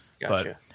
gotcha